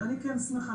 אני כן שמחה,